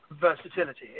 versatility